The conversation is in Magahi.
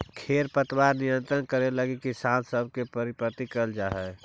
खेर पतवार नियंत्रण करे लगी किसान सब के प्रेरित करल जाए